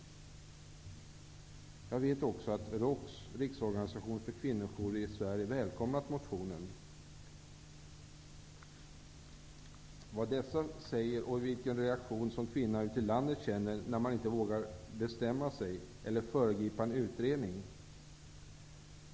Jag vet också att ROKS, Riksorganisationen för kvinnojourer i Sverige, välkomnat motionen. Jag vet vad dessa säger och vilken reaktion som kvinnorna ute i landet känner när man inte vågar bestämma sig eller föregripa en utredning.